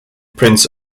prince